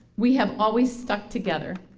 we have always stuck together.